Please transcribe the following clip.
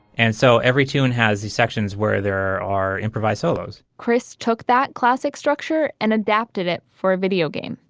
and so every tune has the sections where there are improvised solos chris took that classic structure and adapted it for a video game.